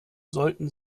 sollten